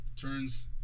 turns